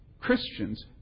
Christians